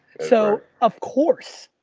so of course,